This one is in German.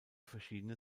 verschiedene